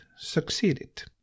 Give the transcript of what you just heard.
succeeded